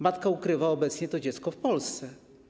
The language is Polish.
Matka ukrywa obecnie to dziecko w Polsce.